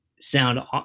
sound